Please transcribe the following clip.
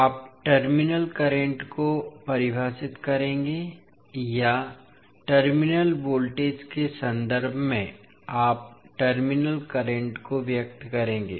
आप terminal current को परिभाषित करेंगे या टर्मिनल वोल्टेज के संदर्भ में आप टर्मिनल करंट को व्यक्त करेंगे